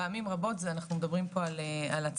פעמים רבות אנחנו מדברים פה על הצלת